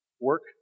work